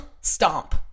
stomp